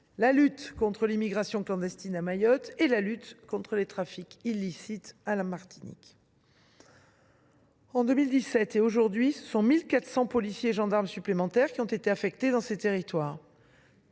de lutte contre l’immigration clandestine à Mayotte et contre les trafics illicites à la Martinique. Entre 2017 et aujourd’hui, ce sont 1 400 policiers et gendarmes supplémentaires qui ont été affectés dans ces territoires,